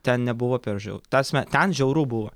ten nebuvo per žiau ta prasme ten žiauru buvo